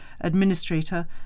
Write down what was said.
administrator